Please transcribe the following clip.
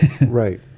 Right